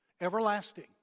Everlasting